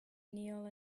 kneel